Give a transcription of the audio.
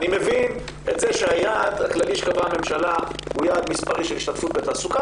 אני מבין שהיעד הכללי שקבעה הממשלה הוא יעד מספרי של השתתפות בתעסוקה,